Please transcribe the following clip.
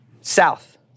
South